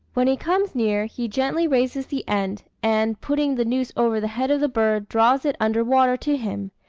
when he comes near, he gently raises the end, and, putting the noose over the head of the bird, draws it under water to him.